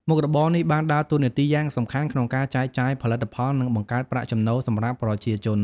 មុខរបរនេះបានដើរតួនាទីយ៉ាងសំខាន់ក្នុងការចែកចាយផលិតផល និងបង្កើតប្រាក់ចំណូលសម្រាប់ប្រជាជន។